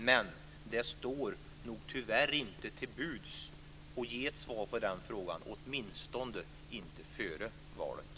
Men man ger tyvärr inget svar på den frågan - åtminstone inte före valet.